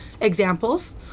examples